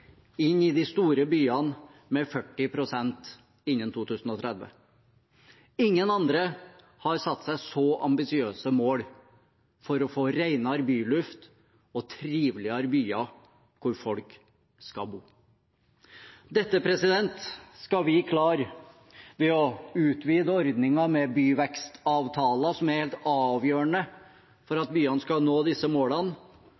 inn i de store byene med 40 pst. innen 2030. Ingen andre har satt seg så ambisiøse mål for å få renere byluft og triveligere byer hvor folk skal bo. Dette skal vi klare ved å utvide ordningen med byvekstavtaler, som er helt avgjørende for